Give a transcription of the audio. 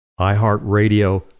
iHeartRadio